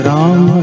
Ram